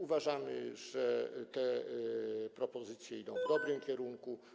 Uważamy, że te propozycje idą w dobrym kierunku.